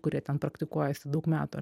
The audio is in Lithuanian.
kurie ten praktikuojasi daug metų